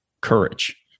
courage